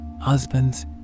Husbands